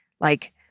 Like-